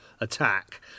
attack